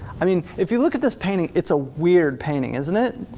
i mean if you look at this painting, it's a weird painting, isn't it?